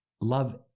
Love